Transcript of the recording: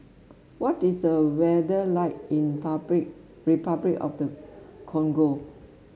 what is the weather like in public Repuclic of the Congo